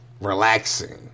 relaxing